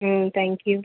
ம் thank you